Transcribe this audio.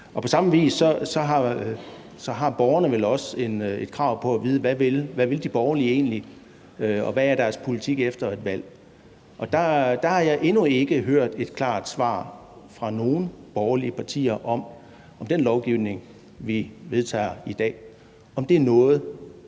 På samme vis har borgerne vel også et krav på at vide, hvad de borgerlige egentlig vil, og hvad deres politik er efter et valg. Og der har jeg endnu ikke hørt et klart svar fra nogen borgerlige partier på, om den lovgivning omkring